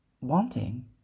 wanting